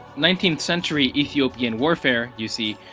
nineteenth century ethiopian warfare, you see,